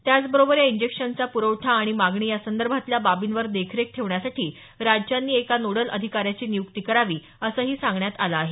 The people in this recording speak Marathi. त्याचबरोबर या इंजेक्शनचा प्रवठा आणि मागणी यासंदर्भातल्या बाबींवर देखरेख ठेवण्यासाठी राज्यांनी एका नोडल अधिकाऱ्याची नियुक्ती करावी असंही सांगण्यात आलं आहे